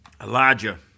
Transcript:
Elijah